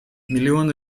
миллионы